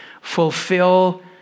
Fulfill